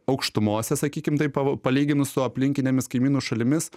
aukštumose sakykim taip pavo palyginus su aplinkinėmis kaimynų šalimis